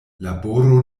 laboro